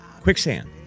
quicksand